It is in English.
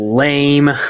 lame